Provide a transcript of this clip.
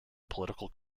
political